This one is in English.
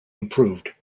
improved